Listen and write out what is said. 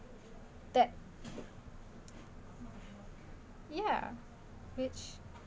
that yeah which